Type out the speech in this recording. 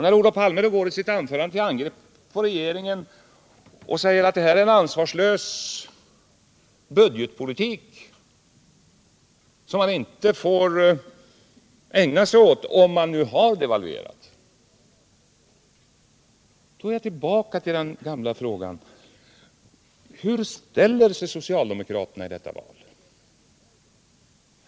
När Olof Palme i sitt anförande går till angrepp på regeringen och säger att detta är en ansvarslös budgetpolitik som man inte får ägna sig åt om man har devalverat, kommer jag tillbaka till den gamla frågan: Hur ställer sig socialdemokraterna i detta val?